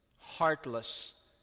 heartless